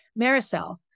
Maricel